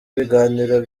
biganiro